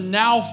now